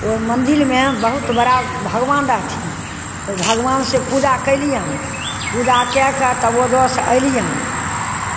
ओहि मन्दिरमे बहुत बड़ा भगवान रहथिन ओहि भगवानसँ पूजा केलियनि पूजा कए कऽ तब ओजऽ सँ एलियनि